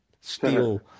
steel